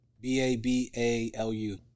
B-A-B-A-L-U